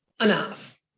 enough